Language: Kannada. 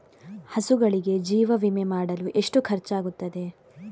ಹಸುಗಳಿಗೆ ಜೀವ ವಿಮೆ ಮಾಡಲು ಎಷ್ಟು ಖರ್ಚಾಗುತ್ತದೆ?